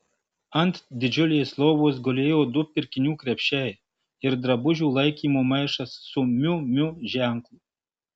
ant didžiulės lovos gulėjo du pirkinių krepšiai ir drabužių laikymo maišas su miu miu ženklu